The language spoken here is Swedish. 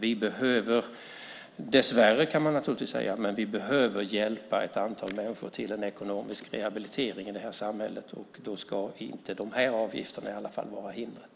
Vi behöver - dessvärre kan man naturligtvis säga - hjälpa ett antal människor till ekonomisk rehabilitering i samhället, och då ska åtminstone inte dessa avgifter vara hindret.